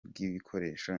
bw’ibikoresho